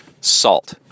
salt